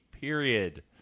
period